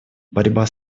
борьба